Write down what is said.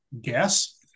guess